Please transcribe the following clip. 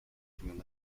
coming